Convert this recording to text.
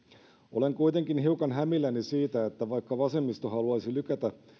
olen kuitenkin hiukan hämilläni siitä että vaikka vasemmisto haluaisi lykätä